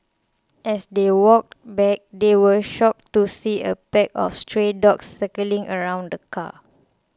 as they walked back they were shocked to see a pack of stray dogs circling around the car